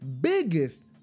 biggest